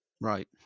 Right